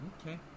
Okay